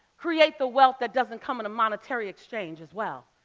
create the wealth that doesn't come in a monetary exchange as well.